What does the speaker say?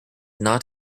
not